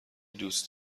دوست